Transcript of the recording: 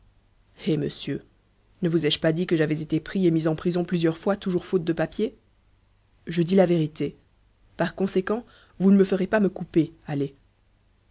eh monsieur ne vous ai-je pas dit que j'avais été pris et mis en prison plusieurs fois toujours faute de papiers je dis la vérité par conséquent vous ne me ferez pas me couper allez